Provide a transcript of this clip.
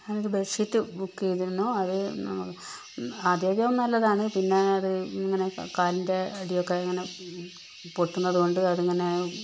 ഞാനൊരു bedsheet book ചെയ്തിരുന്നു അത് ആദ്യാദ്യം നല്ലതാണ് പിന്നെ അത് ഇങ്ങനെ കാലിൻ്റെ അടിയൊക്കെ ഇങ്ങനെ പൊട്ടുന്നത് കൊണ്ട് അതിങ്ങനെ